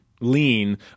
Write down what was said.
lean